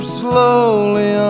slowly